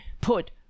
put